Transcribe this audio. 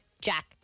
Jack